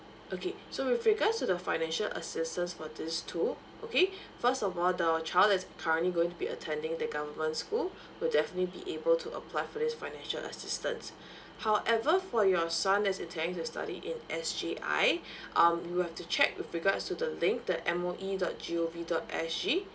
okay so with regards to the financial assistance for these two okay first of all the child that's currently going to be attending the government school will definitely be able to apply for this financial assistance however for your son that's intending to study in S_J_I um you have to check with regards to the link the M O E dot G O V dot S G